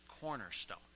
Cornerstone